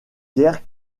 guère